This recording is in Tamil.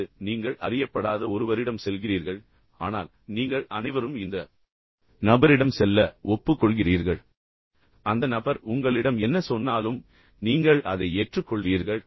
அல்லது நீங்கள் அறியப்படாத ஒருவரிடம் செல்கிறீர்கள் ஆனால் நீங்கள் அனைவரும் இந்த நபரிடம் செல்ல ஒப்புக்கொள்கிறீர்கள் அந்த நபர் உங்களிடம் என்ன சொன்னாலும் நீங்கள் அதை ஏற்றுக்கொள்வீர்கள்